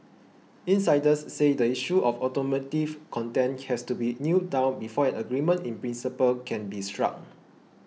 insiders say the issue of automotive content has to be nailed down before an agreement in principle can be struck